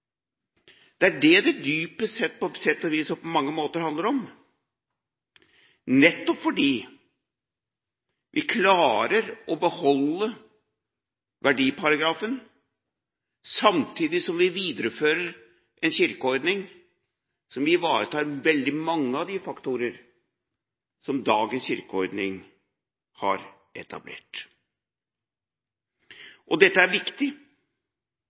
Det er det det dypest sett og på mange måter handler om, nettopp fordi vi klarer å beholde verdiparagrafen, samtidig som vi viderefører en kirkeordning som ivaretar veldig mange av de faktorer som dagens kirkeordning har etablert. Dette er viktig,